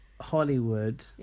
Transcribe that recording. Hollywood